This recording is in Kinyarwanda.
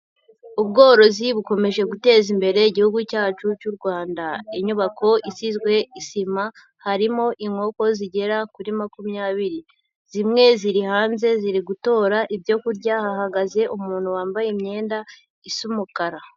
Ubworozi bukomeje guteza imbere igihugu cyacu cy'u Rwanda. Inyubako isizwe isima, harimo inkoko zigera kuri makumyabiri, zimwe ziri hanze ziri gutora ibyo kurya, hahagaze umuntu wambaye imyenda isa umukara.